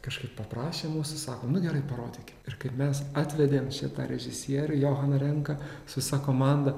kažkaip paprašė mūsų sako nu gerai parodykit ir kaip mes atvedėm čia tą režisierių johaną renką su visa komanda